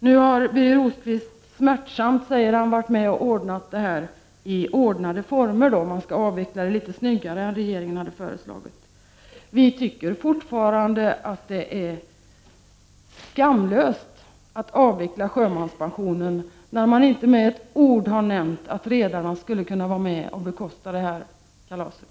Nu har Birger Rosqvist smärtsamt, säger han, varit med om att klara av det här i ordnade former — man skall avveckla litet snyggare än vad regeringen hade föreslagit. Vi tycker fortfarande att det är skamlöst att avveckla sjömanspensionen när man inte med ett ord har nämnt att redarna skulle kunna vara med och bekosta kalaset.